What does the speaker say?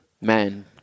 Man